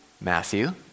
Matthew